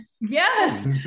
Yes